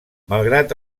malgrat